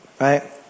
right